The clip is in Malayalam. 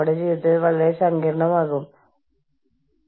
അതിനാൽ ഇത് ഒരു യൂണിയൻ അല്ല